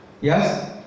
Yes